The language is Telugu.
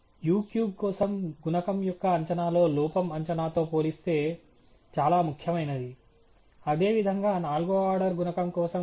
u క్యూబ్ కోసం గుణకం యొక్క అంచనాలో లోపం అంచనాతో పోలిస్తే చాలా ముఖ్యమైనది అదేవిధంగా నాల్గవ ఆర్డర్ గుణకం కోసం కూడా